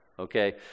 okay